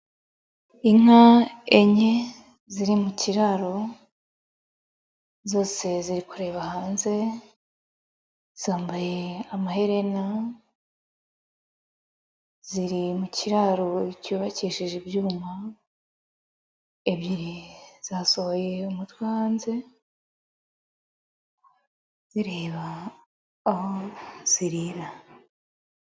Inka enye ziri mu kiraro zose ziri kureba hanze, zambaye amaherena, ziri mu kiraro cyubakishije ibyuma, ebyiri zasohoye umutwe hanze zireba aho zirira.